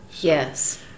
Yes